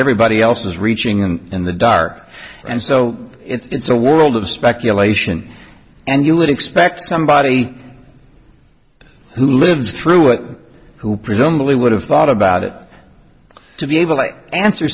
everybody else is reaching and in the dark and so it's a world of speculation and you would expect somebody who lived through it who presumably would have thought about it to be able like answer